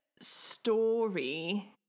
story